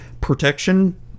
Protection